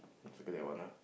circle that one ah